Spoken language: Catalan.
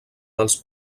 dels